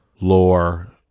lore